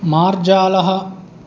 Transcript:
मार्जालः